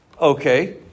Okay